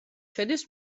შედის